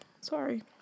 Sorry